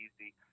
easy